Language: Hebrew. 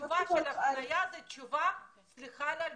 התשובה של "הפניה", סליחה על הביטוי,